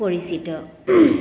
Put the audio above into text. পৰিচিত